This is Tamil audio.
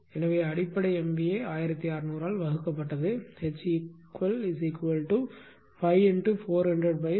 எனவே அடிப்படை MVA 1600 ஆல் வகுக்கப்பட்டது Heq5×4001600×45